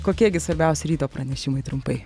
kokie gi svarbiausi ryto pranešimai trumpai